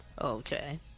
Okay